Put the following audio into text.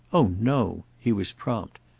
oh no he was prompt.